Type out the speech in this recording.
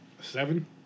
Seven